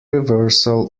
reversal